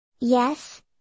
Yes